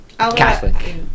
Catholic